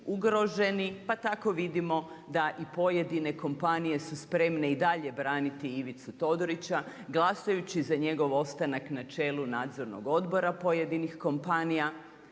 ugroženi, pa tako vidimo da i pojedine kompanije su spremne i dalje braniti Ivicu Todorića, glasajući za njegov ostanak na čelu nadzornog odbora pojedinih kompanija.